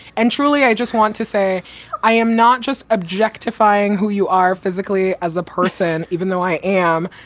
and truly, i just want to say i am not just objectifying who you are physically as a person, even though i am.